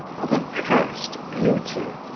of accursed beauty,